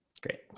great